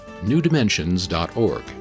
newdimensions.org